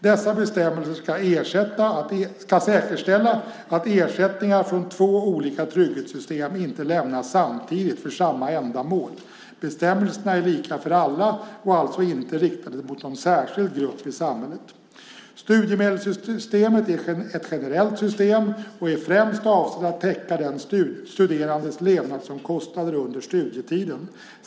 Dessa bestämmelser ska säkerställa att ersättningar från två olika trygghetssystem inte lämnas samtidigt för samma ändamål. Bestämmelserna är lika för alla och alltså inte riktade mot någon särskild grupp i samhället. Studiemedelssystemet är ett generellt system och är främst avsett att täcka den studerandes levnadsomkostnader under studietiden.